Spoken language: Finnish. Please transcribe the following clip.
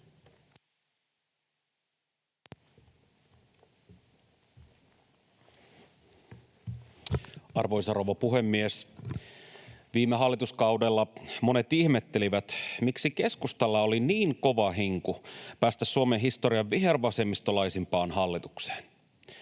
Arvoisa rouva puhemies! Viime hallituskaudella monet ihmettelivät, miksi keskustalla oli niin kova hinku päästä Suomen historian vihervasemmistolaisimpaan hallitukseen.